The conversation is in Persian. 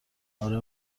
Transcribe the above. اره